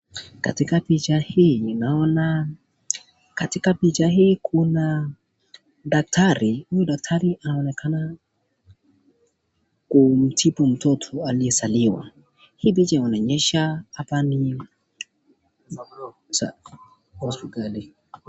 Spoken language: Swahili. Katika picha hii kuna daktari huyu daktari anaonekana kumtibu mtoto, aliye zaliwa, hii picha inaonyesha hapa ni.